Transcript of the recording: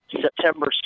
September